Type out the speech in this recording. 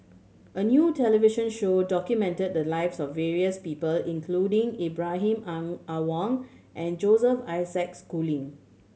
a new television show documented the lives of various people including Ibrahim Ang Awang and Joseph Isaac Schooling